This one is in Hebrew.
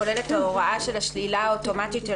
כולל את ההוראה של שלילה אוטומטית של